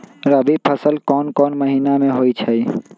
रबी फसल कोंन कोंन महिना में होइ छइ?